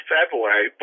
February